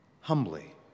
humbly